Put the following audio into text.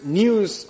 news